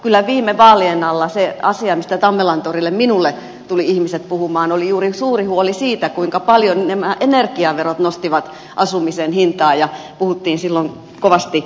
kyllä viime vaalien alla se asia mistä minulle tammelantorille tulivat ihmiset puhumaan oli juuri suuri huoli siitä kuinka paljon nämä energiaverot nostivat asumisen hintaa ja silloin puhuttiin kovasti näistä uudistuksista